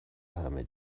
همه